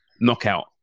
knockout